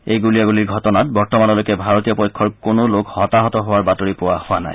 এই গুলীয়াগুলীৰ ঘটনাত বৰ্তমানলৈকে ভাৰতীয় পক্ষৰ কোনো লোক হতাহত হোৱাৰ বাতৰি পোৱা হোৱা নাই